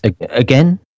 again